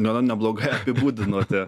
gana neblogai apibūdinote